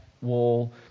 Wall